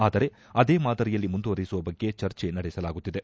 ಆದರೆ ಅದೇ ಮಾದರಿಯಲ್ಲಿ ಮುಂದುವರೆಸುವ ಬಗ್ಗೆ ಚರ್ಚೆ ನಡೆಸಲಾಗುತ್ತಿದೆ